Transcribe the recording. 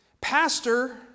Pastor